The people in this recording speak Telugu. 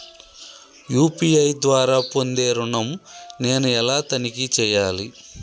యూ.పీ.ఐ ద్వారా పొందే ఋణం నేను ఎలా తనిఖీ చేయాలి?